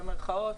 במרכאות,